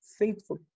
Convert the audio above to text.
faithful